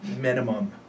Minimum